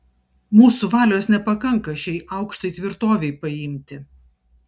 mūsų valios nepakanka šiai aukštai tvirtovei paimti